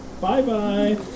Bye-bye